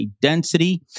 density